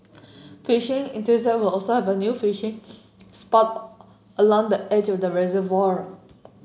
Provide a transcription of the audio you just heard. fishing will also have a new fishing spot along the edge of the reservoir